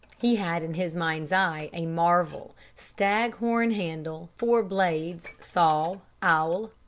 he had in his mind's eye a marvel stag-horn handle, four blades, saw, awl,